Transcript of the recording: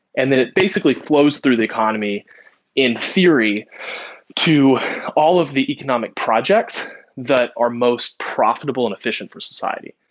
and then it basically flows through the economy in theory to all of the economic projects that are most profitable and efficient for society.